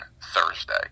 Thursday